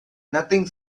nothing